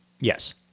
Yes